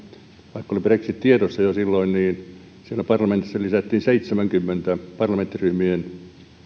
vaikka oli brexit tiedossa jo silloin parlamentissa lisättiin seitsemänkymmenen parlamenttiryhmien